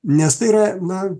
nes tai yra na